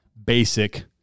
basic